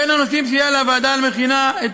בין הנושאים שיהיה על הוועדה המכינה את